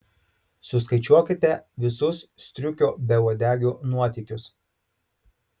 suskaičiuokite visus striukio beuodegio nuotykius